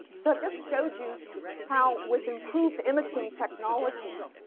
so just showed you how with improved imaging technologies,